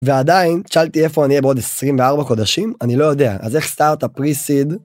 ועדיין שאלתי איפה אני אהיה בעוד 24 חודשים, אני לא יודע, אז איך סטארט אפ פריסיד?